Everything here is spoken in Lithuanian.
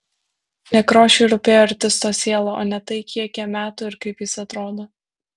nekrošiui rūpėjo artisto siela o ne tai kiek jam metų ir kaip jis atrodo